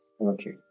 Okay